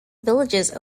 villages